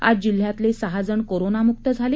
आज जिल्ह्यातले सहा जण करोनामुक्त झाले